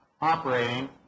operating